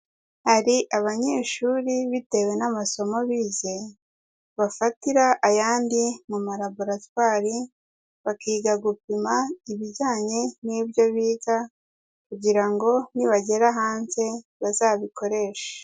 Hari abanyeshuri bitewe n'amasomo bize, bafatira ayandi mu malaboratwari, bakiga gupima ibijyanye n'ibyo biga kugira ngo nibagera hanze bazabikoreshe.